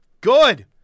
Good